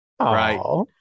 right